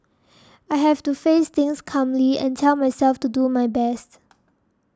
I have to face things calmly and tell myself to do my best